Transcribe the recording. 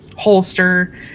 Holster